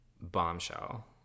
bombshell